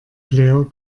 player